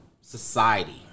society